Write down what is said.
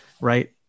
right